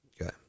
Okay